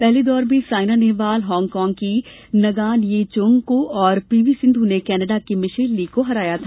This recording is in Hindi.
पहले दौर में सायना नेहवाल हांगकांग की नगान यी च्युंग को और पीर्वो सिंधू ने कनाडा की मिशेल ली को हराया था